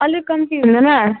अलिक कम्ती हुँदैन